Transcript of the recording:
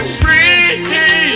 free